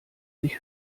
sich